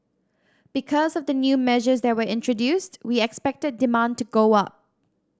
because of the new measures that were introduced we expect demand to go up